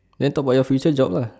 then talk about your future job lah